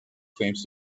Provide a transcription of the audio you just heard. claims